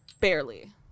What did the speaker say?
barely